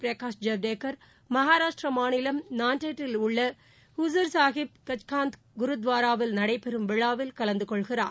பிரகாஷ் ஜவ்டேகர் மகாராஷ்டீரமாநிலம் நான்டெட்டில் உள்ளஹூசூர்சாகிப் சச்காந்த் குருத்வாராவில் நடைபெறும் விழாவில் கலந்துகொள்கிறார்